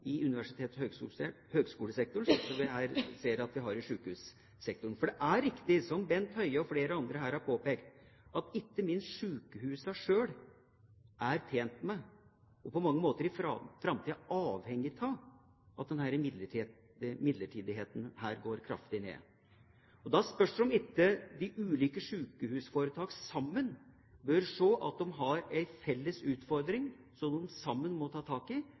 i universitets- og høyskolesektoren, som vi ser at vi har i sykehussektoren. For det er riktig, som Bent Høie og flere andre her har påpekt, at ikke minst sykehusene selv er tjent med, og på mange måter i framtiden avhengig av, at bruken av midlertidige ansettelser går kraftig ned. Da spørs det om ikke de ulike sykehusforetak sammen bør se at de har en felles utfordring som de sammen må ta tak i,